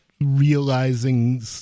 realizing